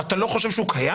האם אתה לא חושב שהוא קיים?